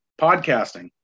podcasting